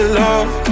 love